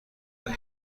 بده